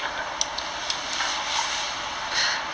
what a coincidence